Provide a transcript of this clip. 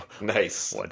Nice